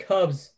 Cubs